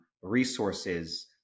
resources